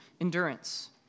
endurance